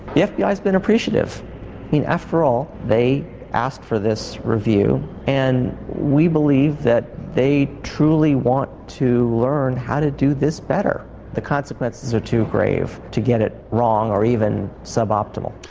the fbi's been appreciative after all they asked for this review and we believe that they truly want to learn how to do this better the consequences are too grave to get it wrong or even suboptimal.